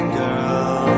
girl